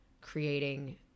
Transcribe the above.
creating